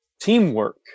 teamwork